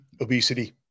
obesity